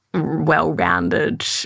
well-rounded